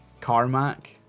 Carmack